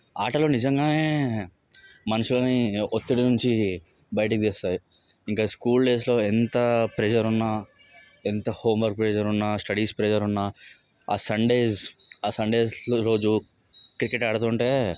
ఆటలు నిజంగా మనుషులని ఒత్తిడి నుంచి బయటికి తెస్తాయి ఇంకా స్కూల్ డేస్లో ఎంత ప్రెషర్ ఉన్న ఎంత హోంవర్క్ ప్రెషర్ ఉన్న ఎంత స్టడీస్ ప్రెషర్ ఉన్న ఆ సండేస్ ఆ సండేస్ల రోజు క్రికెట్ ఆడుతుంటే